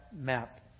map